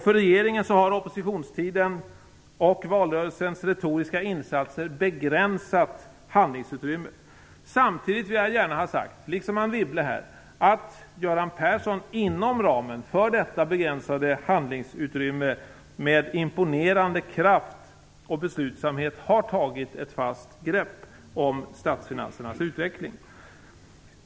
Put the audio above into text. För regeringen har oppositionstidens och valrörelsens retoriska insatser begränsat handlingsutrymmet. Samtidigt vill jag gärna ha sagt, liksom Anne Wibble, att Göran Persson inom ramen för detta begränsade handlingsutrymme med imponerande kraft och beslutsamhet har tagit ett fast grepp om statsfinansernas utveckling.